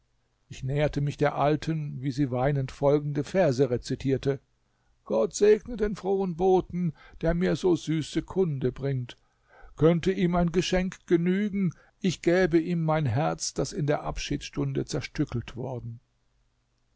ich näherte mich der alten wie sie weinend folgende verse rezitierte gott segne den frohen boten der mir so süße kunde bringt könnte ihm ein geschenk genügen ich gäbe ihm mein herz das in der abschiedsstunde zerstückelt worden